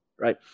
Right